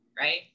Right